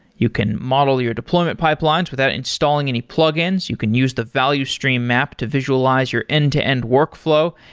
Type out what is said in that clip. you can model your deployment pipelines without installing any plugins. you can use the value stream map to visualize your end-to-end workflow.